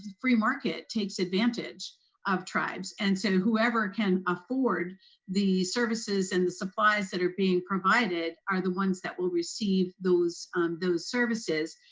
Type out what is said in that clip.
free market takes advantage of tribe, and so whoever can afford the services, and supplies that are being provided, are the ones that will receive those those services.